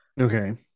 Okay